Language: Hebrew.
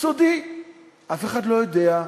סגן השר,